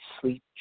sleep